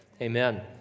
amen